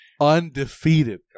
Undefeated